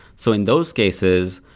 so in those cases,